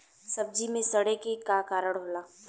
सब्जी में सड़े के का कारण होला?